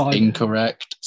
incorrect